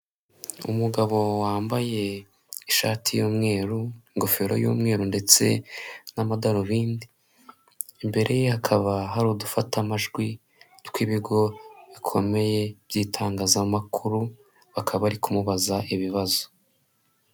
Umugabo wambaye ishati y'umweru, ingofero y'umweru ndetse n'amadarubindi, imbere ye hakaba hari udufatamajwi tw'ibigo bikomeye by'itangazamakuru bakaba bari kumubaza ibibazo.